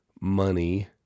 money